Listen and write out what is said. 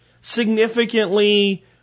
significantly